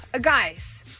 Guys